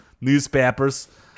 newspapers